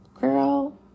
girl